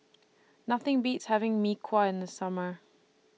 Nothing Beats having Mee Kuah in The Summer